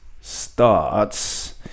starts